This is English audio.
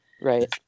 Right